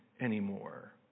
anymore